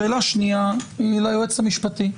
שאלה שנייה היא ליועץ המשפטי.